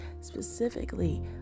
specifically